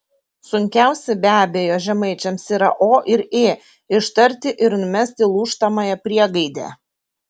sunkiausi be abejo žemaičiams yra o ir ė ištarti ir numesti lūžtamąją priegaidę